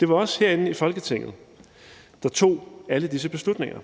Det var os herinde i Folketinget, der tog alle disse beslutninger,